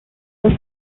also